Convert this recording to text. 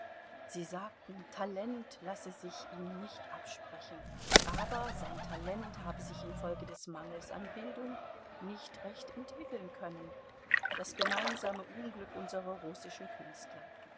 sie sagten talent lasse sich ihm nicht absprechen aber sein talent habe sich infolge des mangels an bildung nicht recht entwickeln können das gemeinsame unglück unserer russischen künstler